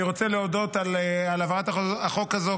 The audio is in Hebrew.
אני רוצה להודות על העברת החוק הזה,